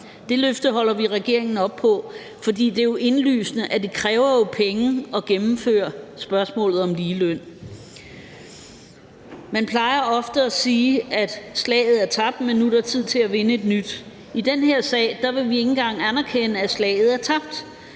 Det løfte holder vi regeringen op på, fordi det jo er indlysende, at det kræver penge at gennemføre spørgsmålet om ligeløn. Man plejer ofte at sige, at slaget er tabt, men nu er der tid til at vinde et nyt. I den her sag vil vi ikke engang anerkende, at slaget er tabt,